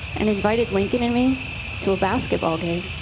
and invited lincoln and me to a basketball game.